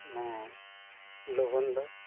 ᱢᱟᱱᱮ ᱞᱚᱜᱚᱱ ᱫᱚ